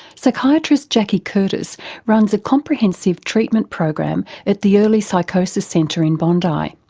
psychiatrist jackie curtis runs a comprehensive treatment program at the early psychosis centre in bondi.